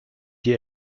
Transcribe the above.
die